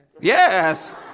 Yes